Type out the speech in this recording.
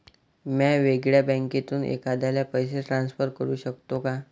म्या वेगळ्या बँकेतून एखाद्याला पैसे ट्रान्सफर करू शकतो का?